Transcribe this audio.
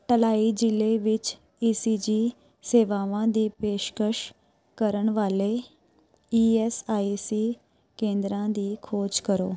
ਢਲਾਈ ਜ਼ਿਲ੍ਹੇ ਵਿੱਚ E C G ਸੇਵਾਵਾਂ ਦੀ ਪੇਸ਼ਕਸ਼ ਕਰਨ ਵਾਲੇ ਈ ਐੱਸ ਆਈ ਸੀ ਕੇਂਦਰਾਂ ਦੀ ਖੋਜ ਕਰੋ